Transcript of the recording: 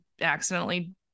accidentally